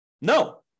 No